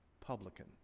publican